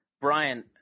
Brian